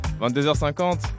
22h50